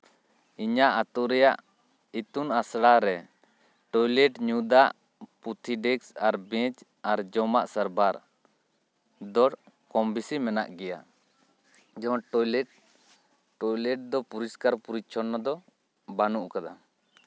ᱤᱧᱟᱹᱜ ᱟᱛᱳ ᱨᱮᱭᱟᱜ ᱤᱛᱩᱱ ᱟᱥᱲᱟᱨᱮ ᱴᱚᱭᱞᱮᱴ ᱧᱩ ᱫᱟᱜ ᱯᱩᱛᱷᱤ ᱰᱮᱥᱠ ᱟᱨ ᱵᱮᱧᱪ ᱟᱨ ᱡᱚᱢᱟᱜ ᱥᱟᱨᱵᱷᱟᱨ ᱫᱚᱨ ᱠᱚᱢ ᱵᱮᱥᱤ ᱢᱮᱱᱟᱜ ᱜᱮᱭᱟ ᱡᱮᱢᱚᱱ ᱴᱚᱭᱞᱮᱴ ᱴᱚᱭᱞᱮᱴ ᱫᱚ ᱯᱚᱨᱤᱥᱠᱟᱨ ᱯᱚᱨᱤᱪᱪᱷᱚᱱᱱᱚ ᱫᱚ ᱵᱟᱹᱱᱩᱜ ᱠᱟᱫᱟ